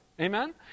Amen